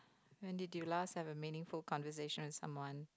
when did you last have a meaningful conversation with someone